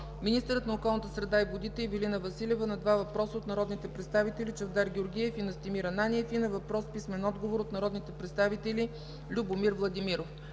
министърът на околната среда и водите Ивелина Василева – на два въпроса от народните представители Чавдар Георгиев; и Настимир Ананиев, и на въпрос с писмен отговор от народния представител Любомир Владимиров;